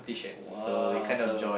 !wah! so